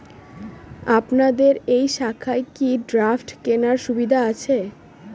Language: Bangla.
আপনাদের এই শাখায় কি ড্রাফট কেনার সুবিধা আছে?